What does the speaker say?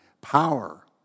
power